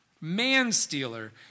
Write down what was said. Man-stealer